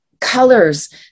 colors